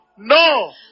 No